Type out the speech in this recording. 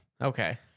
Okay